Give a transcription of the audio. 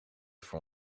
voor